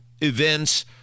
events